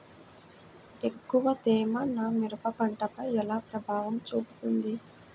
ఎక్కువ తేమ నా మిరప పంటపై ఎలా ప్రభావం చూపుతుంది?